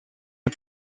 een